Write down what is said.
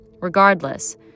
Regardless